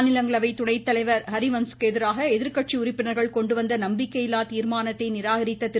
மாநிலங்களவை துணை தலைவர் ஹரிவன்ஸ்க்கு எதிராக எதிர்க்கட்சி உறுப்பினர்கள் கொண்டுவந்த நம்பிக்கையில்லா தீர்மானத்தை நிராகரித்த திரு